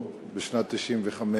בשנת 1995,